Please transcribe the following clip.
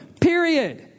period